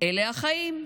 שאלה החיים.